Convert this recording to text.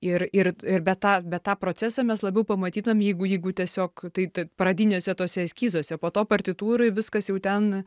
ir ir ir bet tą bet tą procesą mes labiau pamatytumėm jeigu jeigu tiesiog tai ta pradiniuose tuose eskizuose po to partitūroj viskas jau ten